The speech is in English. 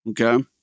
Okay